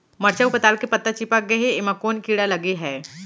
मरचा अऊ पताल के पत्ता चिपक गे हे, एमा कोन कीड़ा लगे है?